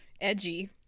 Edgy